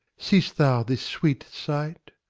seest thou this sweet sight?